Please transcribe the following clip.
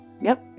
Yep